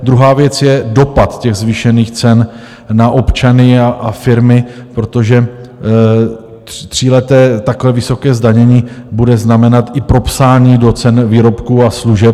Druhá věc je dopad zvýšených cen na občany a firmy, protože tříleté takhle vysoké zdanění bude znamenat i propsání do ceny výrobků a služeb.